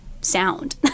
sound